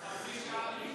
אז חצי שעה לפני,